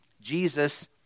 Jesus